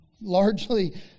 largely